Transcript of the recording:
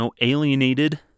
alienated